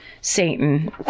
Satan